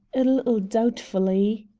a little doubtfully.